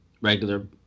regular